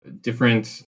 different